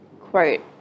quote